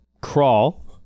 Crawl